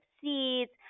seeds